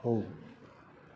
ਹੋ